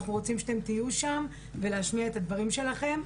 אנחנו רוצים שאתם תהיו שם על מנת להשמיע את הדברים שלכם.